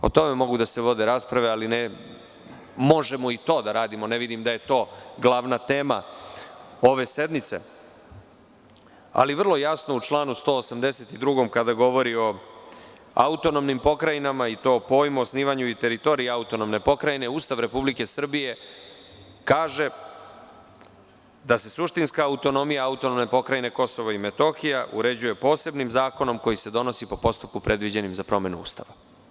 O tome mogu da se vode rasprave, ali, možemo i to da radimo, ne vidim da je to glavna tema ove sednice, ali vrlo jasno u članu 182. kada govori o autonomnim pokrajinama i to pojmu „osnivanju i teritoriji autonomne pokrajine“, Ustav Republike Srbije kaže da se suštinska autonomija AP KiM uređuje posebnim zakonom koji se donosi po postupku predviđenim za promenu Ustava.